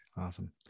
Awesome